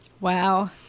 Wow